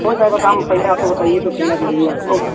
हो जाएगा काम पहले आप तो बताइए तो कितना चाहिए आपको